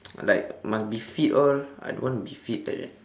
like must be fit all I don't want to be fit eh